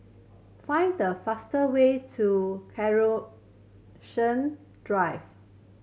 find the fast way to Drive